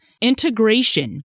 integration